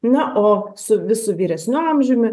na o su vis su vyresniu amžiumi